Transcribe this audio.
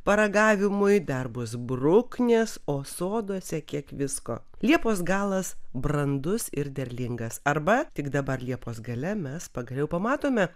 paragavimui dar bus bruknės o soduose kiek visko liepos galas brandus ir derlingas arba tik dabar liepos gale mes pagaliau pamatome